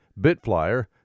Bitflyer